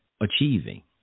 achieving